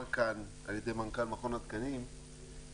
כאן על ידי מנהל מכון התקנים במילה.